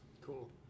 Cool